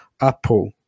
Apple